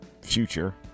future